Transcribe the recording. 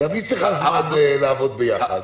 גם היא צריכה זמן לעבוד ביחד.